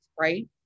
right